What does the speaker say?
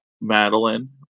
Madeline